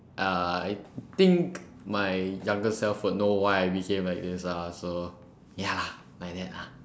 uh I think my younger self will know why I became like this lah so ya lah like that lah